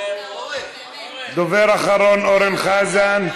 דובר אחרון, אורן חזן.